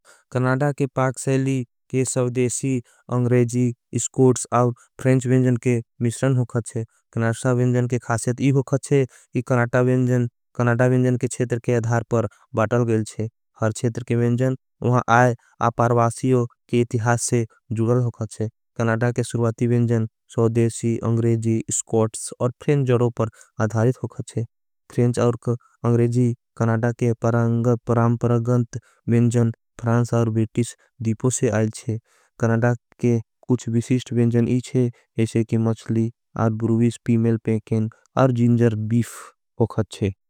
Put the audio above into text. कनाडा के पाक सेली के सवधेशी, अंग्रेजी, स्कोट्स और फ्रेंच वेंजन के मिश्रण होगा थे। कनाडा सावेंजन के खासियत इह होगा थे कि कनाडा वेंजन, कनाडा वेंजन के छेतर के अधार पर बातल गयल थे। हर छेतर के वेंजन वहाँ आई आपारवासियों के इतिहास से जुलल होगा थे। कनाडा के सुरुवाती वेंजन सवधेशी, अंग्रेजी, स्कोट्स और फ्रेंच जड़ों पर अधारित होगा थे। फ्रेंच और अंग्रेजी कनाडा के परांग परांपरगन्त वेंजन फ्रांस और बेटिश दीपो से आई थे। कनाडा के कुछ विशीष्ट वेंजन ही थे, एसे की मचली और बुरुवीस पीमेल पेकेन और जिंजर बीफ होगा थे।